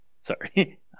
Sorry